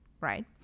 right